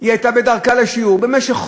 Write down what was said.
במשך